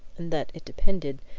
and that it depended,